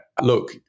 look